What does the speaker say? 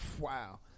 Wow